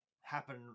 happen